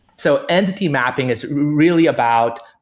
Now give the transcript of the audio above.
so entity mapping is really about